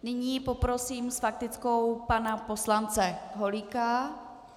Nyní poprosím s faktickou pana poslance Holíka.